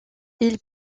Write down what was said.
ils